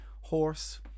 horse